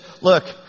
look